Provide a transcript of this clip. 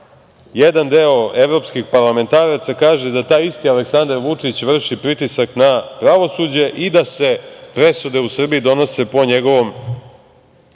jedan deo evropskih parlamentaraca kaže da taj isti Aleksandar Vučić vrši pritisak na pravosuđe i da se presude u Srbiji donose po njegovom